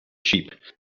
sheep